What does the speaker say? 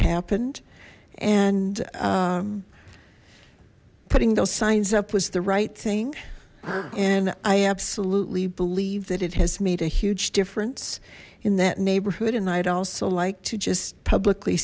happened and putting those signs up was the right thing and i absolutely believe that it has made a huge difference in that neighborhood and i'd also like to just publicly